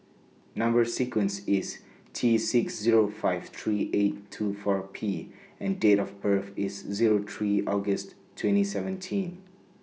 Number sequence IS T six Zero five three eight two four P and Date of birth IS Zero three August twenty seventeen